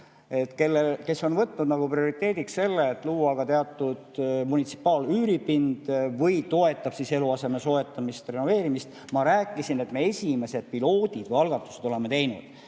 Kes on võtnud prioriteediks selle, et luua teatud munitsipaalüüripind, kes toetab eluaseme soetamist ja renoveerimist. Ma rääkisin, et me esimesed piloodid ehk algatused oleme teinud.